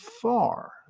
far